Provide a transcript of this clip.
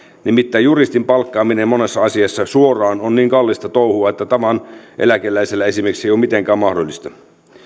nimittäin juristin palkkaaminen monessa asiassa suoraan on niin kallista touhua että tavan eläkeläiselle esimerkiksi se ei ole mitenkään mahdollista